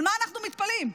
אבל מה אנחנו מתפלאים?